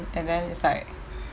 and then it's like